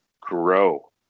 grow